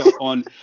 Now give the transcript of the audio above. on